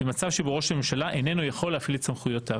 במצב שבו ראש הממשלה איננו יכול להפעיל את סמכויותיו.